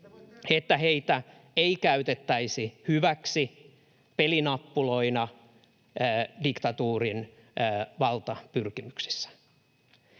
että heitä ei käytettäisi hyväksi pelinappuloina diktatuurin valtapyrkimyksissä.